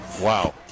Wow